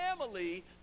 family